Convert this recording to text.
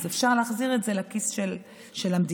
אפשר להחזיר את זה לכיס של המדינה,